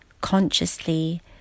consciously